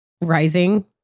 rising